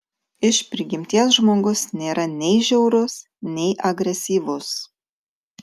iš prigimties žmogus nėra nei žiaurus nei agresyvus